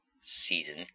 Season